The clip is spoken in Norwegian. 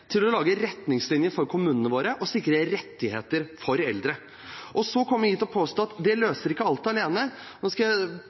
til å lage retningslinjer for kommunene våre og sikre rettigheter for eldre. Og så kommer man hit og påstår at det